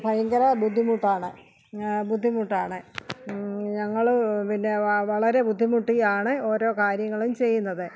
ഭയങ്കര ബുദ്ധിമുട്ടാണ് ബുദ്ധിമുട്ടാണ് ഞങ്ങൾ പിന്നെ വളരെ ബുദ്ധിമുട്ടിയാണ് ഓരോ കാര്യങ്ങളും ചെയ്യുന്നത്